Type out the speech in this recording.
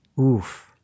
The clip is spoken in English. Oof